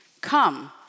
Come